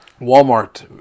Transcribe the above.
Walmart